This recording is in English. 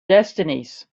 destinies